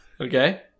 Okay